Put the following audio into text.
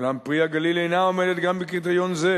אולם "פרי הגליל" אינו עומד גם בקריטריון זה.